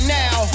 now